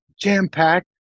jam-packed